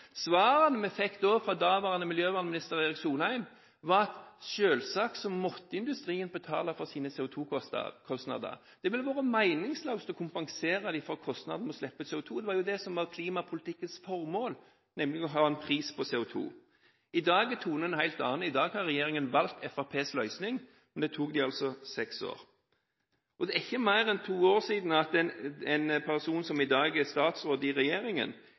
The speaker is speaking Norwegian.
Svarene vi fikk fra daværende miljøvernminister Erik Solheim, var at selvsagt måtte industrien betale for sine CO2-kostnader, det ville være meningsløst å kompensere for kostnaden med å slippe ut CO2. Det var nemlig det som var klimapolitikkens formål, å ha en pris på CO2. I dag er tonen en helt annen. I dag har regjeringen valgt Fremskrittspartiets løsning, men det tok dem altså seks år. Det er ikke mer enn to år siden at en person som i dag er statsråd i denne regjeringen,